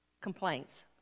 complaints